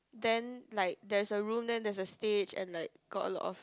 then like there's a room then there's a stage and like got a lot of